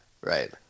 Right